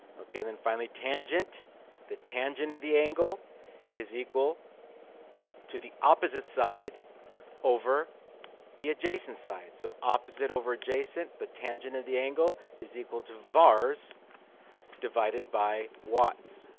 okay, and then finally tangent the tangent of the angle is equal to the opposite side over the adjacent side so opposite over adjacent. the tangent of the angle is equal to vars divided by watts